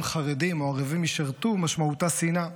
חרדים או ערבים ישרתו משמעותה שנאה.